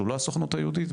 שהוא לא הסוכנות היהודית,